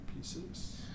pieces